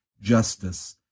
justice